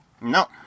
No